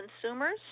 consumers